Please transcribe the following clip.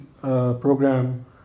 program